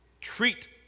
treat